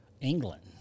England